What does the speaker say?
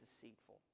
deceitful